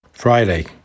Friday